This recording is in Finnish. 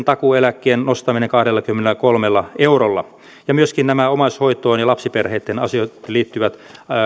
takuueläkkeen nostamisen kahdellakymmenelläkolmella eurolla myöskin nämä omaishoitoon ja lapsiperheitten asioihin liittyvät